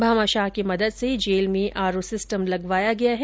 भामाशाह की मदद से जेल में आरओ सिस्टम लगवाया गया है